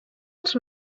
els